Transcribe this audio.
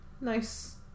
nice